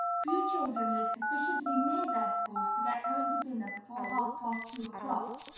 few children live sufficiently near their schools to get home to dinner before half past two o'clock.